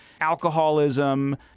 alcoholism